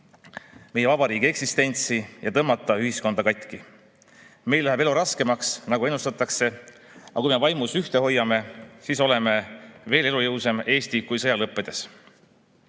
meie vabariigi eksistentsi ja tõmmata ühiskonda katki. Meil läheb elu raskemaks, nagu ennustatakse, aga kui me vaimus ühte hoiame, siis oleme [sõja lõppedes]